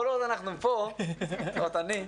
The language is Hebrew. כל עוד אנחנו פה, לפחות אני,